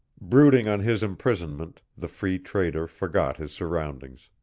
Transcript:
brooding on his imprisonment the free trader forgot his surroundings.